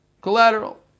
Collateral